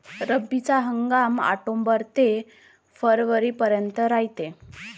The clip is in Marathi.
रब्बीचा हंगाम आक्टोबर ते फरवरीपर्यंत रायते